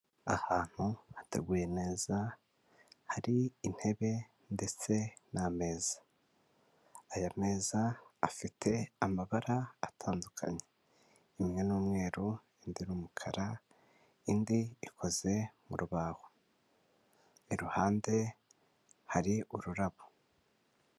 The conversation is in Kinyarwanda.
Ahantu hateguye neza hari intebe ndetse n'ameza, aya meza afite amabara atandukanye imwe n'umweru indi ni umukara indi ikoze mu rubaho, iruhande hari ururabo.